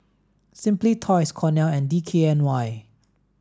Simply Toys Cornell and D K N Y